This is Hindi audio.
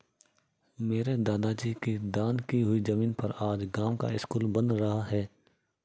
मेरे दादाजी की दान की हुई जमीन पर आज गांव का स्कूल बन रहा है